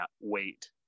weight